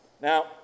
Now